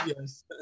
Yes